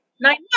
Nine